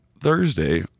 Thursday